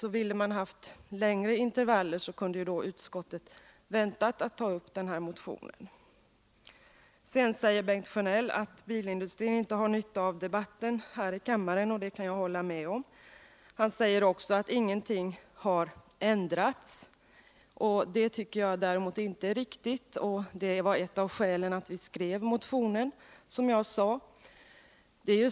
Om utskottet vill ha längre intervaller kunde man ju ha väntat med att ta upp den här motionen. Sedan säger Bengt Sjönell att bilindustrin inte har nytta av debatten här i kammaren, och det kan jag hålla med om. Han säger också att ingenting har ändrats, men det tycker jag inte är riktigt. Det var också ett av skälen till att vi skrev motionen, som jag sade.